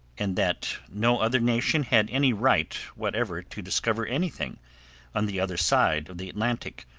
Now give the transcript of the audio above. and that no other nation had any right whatever to discover anything on the other side of the atlantic,